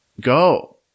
go